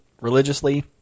religiously